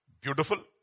beautiful